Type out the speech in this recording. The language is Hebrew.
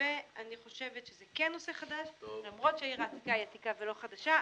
ואני חושבת שזה כן נושא חדש למרות שהעיר העתיקה היא עתיקה ולא חדשה.